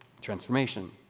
Transformation